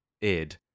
id